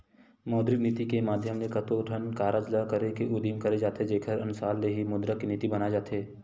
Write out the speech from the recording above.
मौद्रिक नीति के माधियम ले कतको ठन कारज ल करे के उदिम करे जाथे जेखर अनसार ले ही मुद्रा के नीति बनाए जाथे